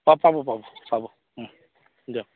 পাব পাব পাব দিয়ক